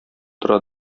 тора